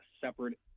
separate